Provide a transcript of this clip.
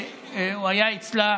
שמעתי שר אוצר קודם.